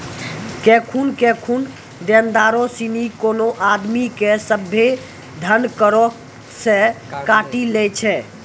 केखनु केखनु देनदारो सिनी कोनो आदमी के सभ्भे धन करो से काटी लै छै